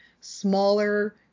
smaller